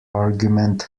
argument